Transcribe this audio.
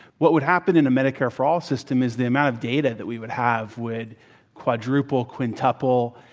what would happen in a medicare for all system is the amount of data that we would have would quadruple quintuple,